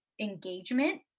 engagement